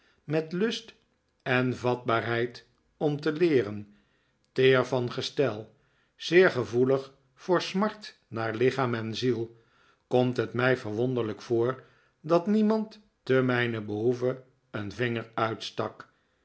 met lust en vatbaarheid om te leeren teer van gestel zeer gevoelig voor smart naar lichaam en ziel komt het mij verwonderlijk voor dat niemand te mijnen behoeve een vinger uitstak